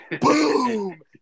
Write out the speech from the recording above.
Boom